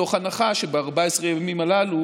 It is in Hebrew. מתוך הנחה שב-14 הימים הללו